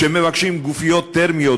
מבקשים גופיות תרמיות,